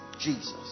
Jesus